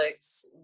Netflix